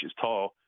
tall